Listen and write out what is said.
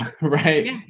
right